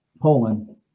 Poland